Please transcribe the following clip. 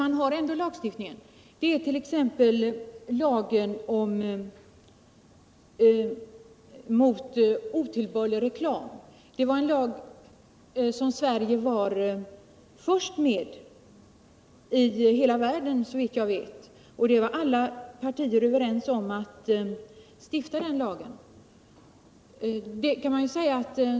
Det gälller för t.ex. lagen om förbud mot otillbörlig reklam. Såvitt jag vet var Sverige först i hela världen med en sådan lag. Alla partier var överens om att stifta den.